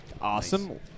Awesome